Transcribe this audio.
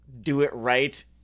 do-it-right